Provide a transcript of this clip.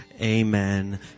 amen